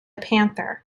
panther